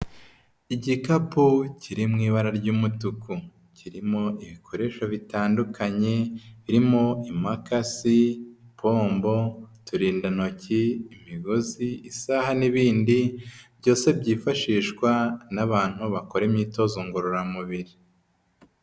Igikapu kiri mu ibara ry'umutuku, kirimo ibikoresho bitandukanye, birimo impakasi, ipombo, uturindantoki, imigozi, isaha, n'ibindi byose byifashishwa n'abantu bakora imyitozo ngororamubiri.